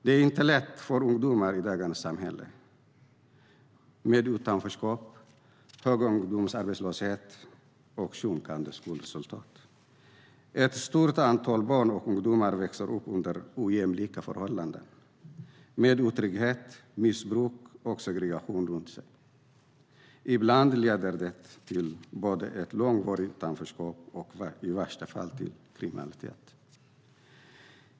Det är inte lätt för ungdomar i dagens samhälle med utanförskap, höga ungdomsarbetslöshet och sjunkande skolresultat. Ett stort antal barn och ungdomar växer upp under ojämlika förhållanden med otrygghet, missbruk och segregation runt sig. Ibland leder det till både ett långvarigt utanförskap och i värsta fall till kriminalitet.